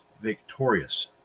victorious